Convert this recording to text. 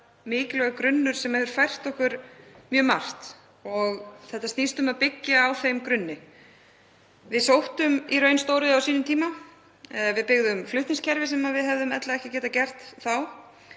mikilvægur grunnur sem hefur fært okkur mjög margt og þetta snýst um að byggja á þeim grunni. Við sóttum í raun stóriðju á sínum tíma og við byggðum flutningskerfi sem við hefðum ella ekki getað gert þá.